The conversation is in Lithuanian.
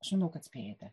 žinau kad spėjate